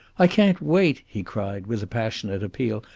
i can't wait, he cried, with a passionate appeal.